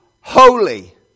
holy